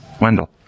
Wendell